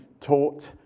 taught